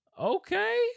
okay